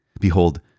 Behold